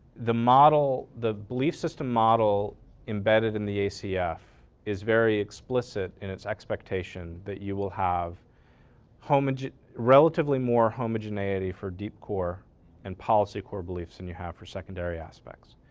the model the belief system model embedded in the acf is very explicit in its expectation that you will have relatively more homogeneity for deep core and policy core beliefs than you have for secondary aspects.